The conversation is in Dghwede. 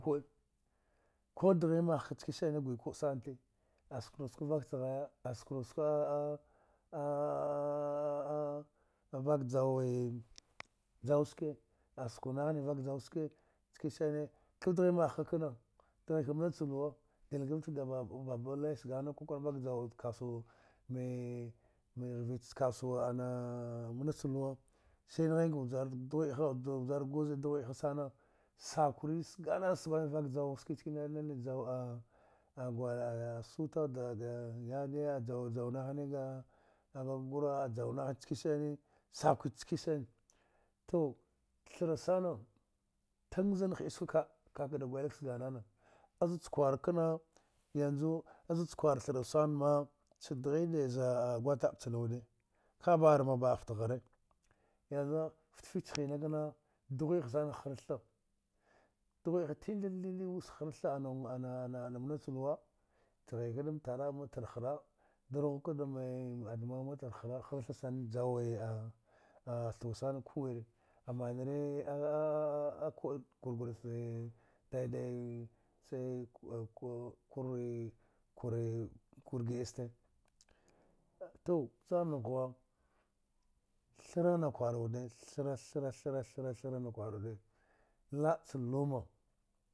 Ku dghi mah ka chkanisani gwi ku'a sani te a suk ra suka vak cha ghaya a sukra suka a vak jawi jau ske a sukwa nah ni vak jau ske chkani sane kudghi magh ka kna dghi ka mnacha luwa dilka dafta ga baban lay sganna ka kwara vak jawud kasuwa mee me rvich kasuwa ana mnacha luwa shinghinka vjar dghwi'ata vjar goz dghwi'aha sana sakuri sganana sganana vak jau ski chkane nana jau gwal a suta da daa yade jau da jau nah ni ga a ga gura a jau nah ni chki sani sakwit shki sani tu thra sana tan zan ha iskwe ki kaka da gwel ka sganana azud cha kwal kna yanju azud cha kwai thra san ma cha dghi da za'a gwatab cha luwa wude ka'a ba'a mghar ba'a fta ghari yanju fta fish hina kna dghwi a hasana har tha dghwiaha tindir ndir ndir wuch har tha ana-ana ana ma na cha luwa dghika dam tarab ma tar hra darghuka dami ma'admawu ma tar hra har tha sana jawe a a thau sana kuwire aman ri a ku'a gurgudu che daidaye che kure-kur gi'aste tu vjarnuk ghwa thra na kwaru wude thra-thra-thra-thra-thra-thra na kwaru wude la'a cha luma